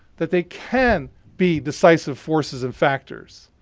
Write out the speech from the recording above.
that they can be decisive forces and factors